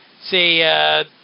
say